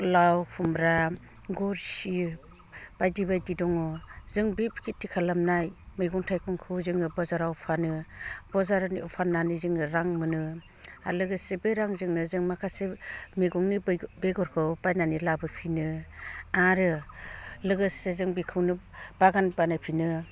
लाउ खुमब्रा गरसि बायदि बायदि दङ जों बे खेथि खालामनाय मैगं थाइगंखौ जोङो बाजाराव फानो बजाराव फान्नानै जोङो रां मोनो आरो लोगोसे बे रांजोंनो जों माखासे मैगंनि बेगरखौ बायनानै लाबोफिनो आरो लोगोसे जों बेखौनो बागान बानायफिनो